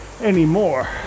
anymore